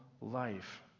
life